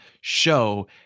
show